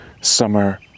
summer